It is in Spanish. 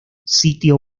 sitio